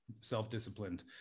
self-disciplined